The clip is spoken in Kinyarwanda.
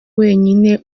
wenyine